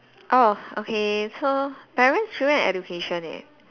oh okay so parents children and education leh